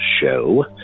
show